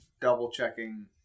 double-checking